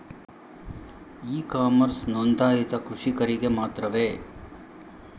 E commerce ನೊಂದಾಯಿತ ಕೃಷಿಕರಿಗೆ ಮಾತ್ರವೇ?